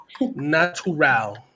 Natural